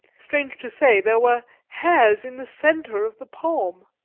strange to say, there were hairs in the centre of the palm.